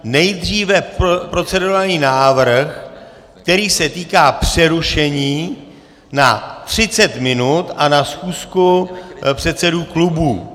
Nejdříve procedurální návrh, který se týká přerušení na třicet minut na schůzku předsedů klubů.